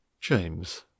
James